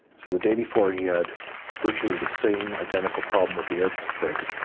so the day before, he had virtually the same identical problem with the air brakes.